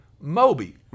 Moby